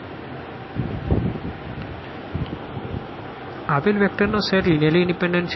1v12v23v30 1 12 23000 ⟹1230 આપેલ vector નો set linearly independent છે